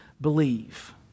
believe